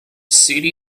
city